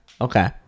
Okay